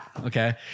Okay